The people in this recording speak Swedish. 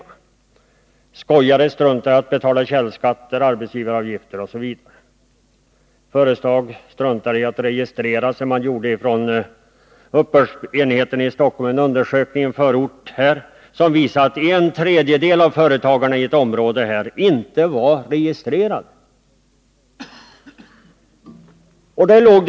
Man framhöll att skojare struntar i att betala källskatter, arbetsgivaravgifter osv. Företag struntar i att registrera sig. Uppbördsmyn digheten i Stockholm gjorde en undersökning i en förort, och denna visade att en tredjedel av företagarna i ett område inte var registrerade.